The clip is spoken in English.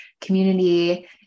Community